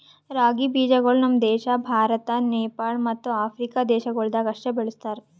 ರಾಗಿ ಬೀಜಗೊಳ್ ನಮ್ ದೇಶ ಭಾರತ, ನೇಪಾಳ ಮತ್ತ ಆಫ್ರಿಕಾ ದೇಶಗೊಳ್ದಾಗ್ ಅಷ್ಟೆ ಬೆಳುಸ್ತಾರ್